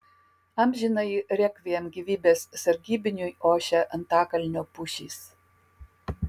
amžinąjį rekviem gyvybės sargybiniui ošia antakalnio pušys